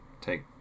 take